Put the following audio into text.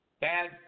Bad